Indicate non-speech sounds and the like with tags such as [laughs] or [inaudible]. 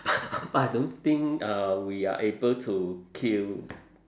[laughs] I don't think uh we are able to kill